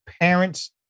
parents